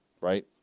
Right